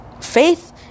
Faith